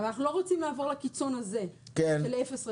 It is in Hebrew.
אבל אנחנו לא רוצים לעבור לקיצון הזה של אפס רגולציה.